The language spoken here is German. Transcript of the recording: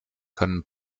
können